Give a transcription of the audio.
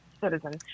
citizen